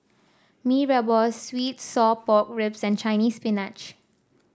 Mee Rebus sweet Sour Pork Ribs and Chinese Spinach